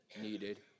needed